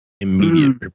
immediate